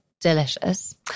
delicious